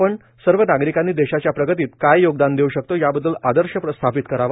आपण सर्व नागरिकांनी देशाच्या प्रगतीत काय योगदान देऊ शकतो याबददल आदर्श स्थापित करावा